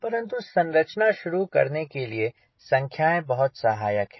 परंतु संरचना शुरू करने के लिए संख्याएं बहुत सहायक हैं